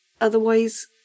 Otherwise